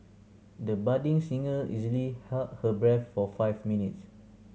the budding singer easily held her breath for five minutes